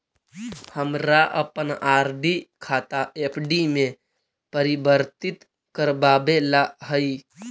हमारा अपन आर.डी खाता एफ.डी में परिवर्तित करवावे ला हई